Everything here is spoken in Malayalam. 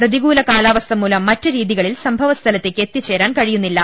പ്രതി കൂല കാലാവസ്ഥ മൂലം മറ്റ് രീതികളിൽ സംഭവസ്ഥലത്തേക്ക് എത്തിച്ചേരാൻ കഴിയുന്നില്ല